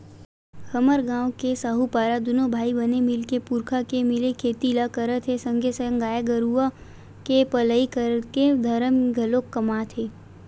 हमर गांव के साहूपारा दूनो भाई बने मिलके पुरखा के मिले खेती ल करत हे संगे संग गाय गरुवा के पलई करके धरम घलोक कमात हे